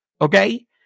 Okay